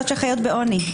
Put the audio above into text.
בעוני,